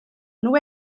nhw